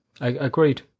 agreed